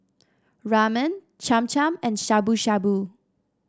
Ramen Cham Cham and Shabu Shabu